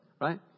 right